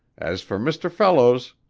as for mr. fellows